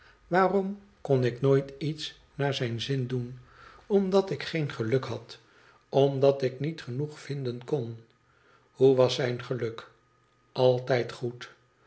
waarom kon ik nooit iets naar zijn zin doen omdat ik geen geluk had omdat ik niet genoeg vinden kon hoe was zijn geluk r altijd goed